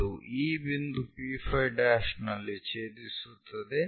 ಅದು ಈ ಬಿಂದು P5 ' ನಲ್ಲಿ ಛೇದಿಸುತ್ತದೆ